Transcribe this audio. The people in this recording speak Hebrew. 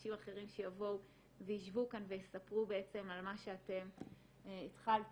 אנשים אחרים שיבואו וישבו כאן ויספרו על מה שאתם התחלתם.